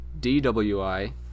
DWI